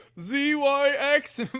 Z-Y-X